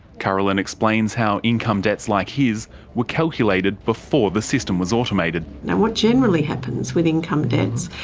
carolyn explains how income debts like his were calculated before the system was automated. now, what generally happens with income debts,